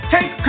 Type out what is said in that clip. Take